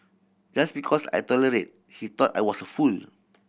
just because I tolerate he thought I was a fool